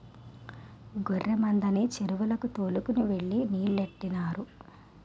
గొర్రె మందని చెరువుకి తోలు కెళ్ళి నీలెట్టినారు